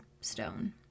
Stone